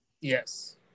Yes